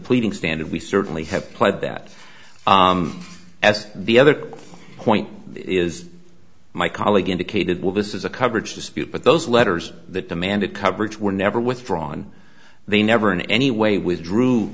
pleading standard we certainly have played that as the other point is my colleague indicated well this is a coverage dispute but those letters that demanded coverage were never withdrawn they never in any way withdrew